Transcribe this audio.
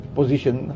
position